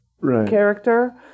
character